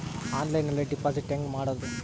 ಆನ್ಲೈನ್ನಲ್ಲಿ ಡೆಪಾಜಿಟ್ ಹೆಂಗ್ ಮಾಡುದು?